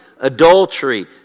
Adultery